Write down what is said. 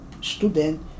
student